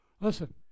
Listen